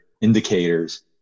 indicators